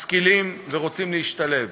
משכילים ורוצים להשתלב.